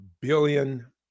billion